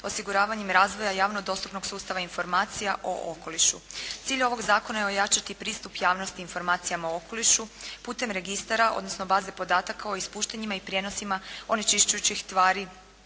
osiguravanjem razvoja javno dostupnog sustava informacija o okolišu. Cilj ovog zakona je ojačati pristup javnosti informacijama o okolišu putem registara, odnosno baze podataka o ispuštanjima i prijenosima onečišćujućih tvari